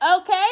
okay